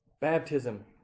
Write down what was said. baptism